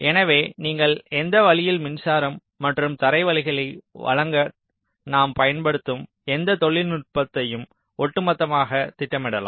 எனவே நீங்கள் எந்த வழியில் மின்சாரம் மற்றும் தரைவழிகளை வழங்க நாம் பயன்படுத்தும் எந்த தொழில்நுட்பத்தையும் ஒட்டுமொத்தமாக திட்டமிடலாம்